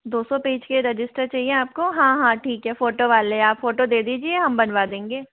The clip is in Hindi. दो सौ पेज के रजिस्टर चाहिए आपको हाँ हाँ ठीक है फ़ोटो वाले आप फ़ोटो दे दीजिए हम बनवा देंगे